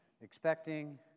expecting